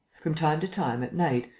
from time to time, at night,